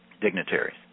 dignitaries